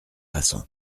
façon